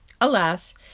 Alas